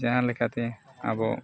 ᱡᱟᱦᱟᱸ ᱞᱮᱠᱟᱛᱮ ᱟᱵᱚ